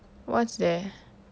what's there